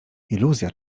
iluzja